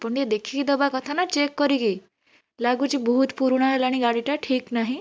ଆପଣ ଟିକିଏ ଦେଖିକି ଦେବା କଥା ନା ଚେକ୍ କରିକି ଲାଗୁଛି ବହୁତ ପୁରୁଣା ହେଲାଣି ଗାଡ଼ିଟା ଠିକ୍ ନାହିଁ